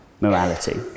morality